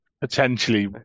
potentially